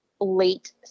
late